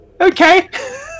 Okay